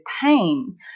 pain